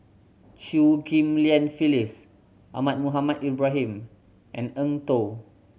Chew Ghim Lian Phyllis Ahmad Mohamed Ibrahim and Eng Tow